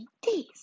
days